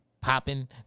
popping